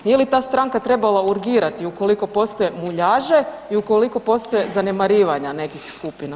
Nije li ta stranka trebala urgirati ukoliko postoje muljaže i ukoliko postoje zanemarivanja nekih skupina.